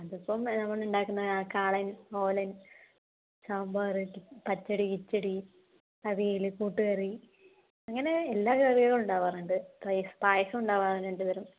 അതിപ്പോൾ നമ്മൾ ഉണ്ടാക്കുന്ന കാളൻ ഓലൻ സാമ്പാർ പച്ചടി കിച്ചടി അവിയൽ കൂട്ടുകറി അങ്ങനെ എല്ലാ കറികളും ഉണ്ടാവാറുണ്ട് റൈസ് പായസം ഉണ്ടാവാറുണ്ട് രണ്ടുതരം